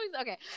okay